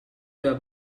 were